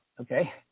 Okay